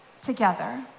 together